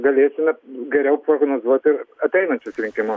galėsime geriau prognozuot ir ateinančius rinkimus